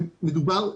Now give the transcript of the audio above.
מדובר,